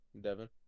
Devin